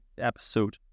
episode